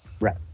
Right